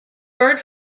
bird